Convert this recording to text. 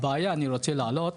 הבעיה שאני רוצה להעלות,